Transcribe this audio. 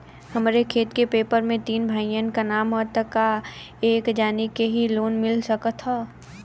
हमरे खेत के पेपर मे तीन भाइयन क नाम ह त का एक जानी के ही लोन मिल सकत ह?